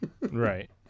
Right